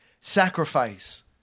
sacrifice